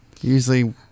Usually